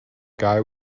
guy